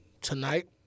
Tonight